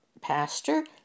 pastor